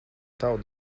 tavu